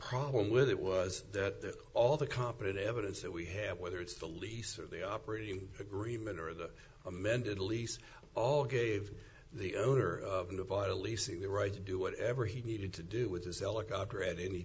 problem with it was that all the competent evidence that we have whether it's the lease or the operating agreement or the amended lease all gave the owner of nevada leasing the right to do whatever he needed to do with his helicopter at any